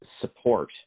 support